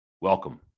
welcome